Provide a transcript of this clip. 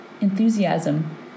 enthusiasm